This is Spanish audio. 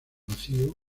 vacío